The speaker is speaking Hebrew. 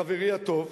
חברי הטוב,